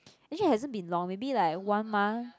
actually it hasn't been long maybe like one month